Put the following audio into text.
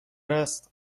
است